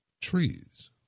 trees